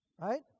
right